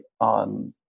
on